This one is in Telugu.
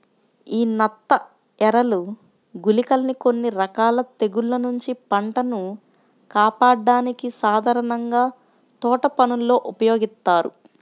యీ నత్తఎరలు, గుళికలని కొన్ని రకాల తెగుల్ల నుంచి పంటను కాపాడ్డానికి సాధారణంగా తోటపనుల్లో ఉపయోగిత్తారు